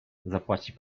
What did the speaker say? zapłaci